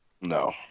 No